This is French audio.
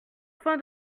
fin